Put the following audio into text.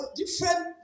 different